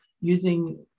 using